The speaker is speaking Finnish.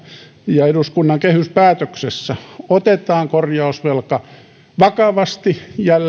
ja eduskunnan kehyspäätöksessä otetaan korjausvelka jälleen vakavasti